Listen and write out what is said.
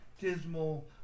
dismal